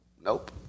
Nope